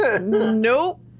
Nope